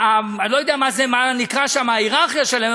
אני לא יודע מה נקרא שם ההייררכיה שלהם,